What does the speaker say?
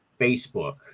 Facebook